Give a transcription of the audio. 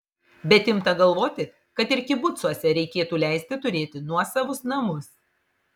bet imta galvoti kad ir kibucuose reikėtų leisti turėti nuosavus namus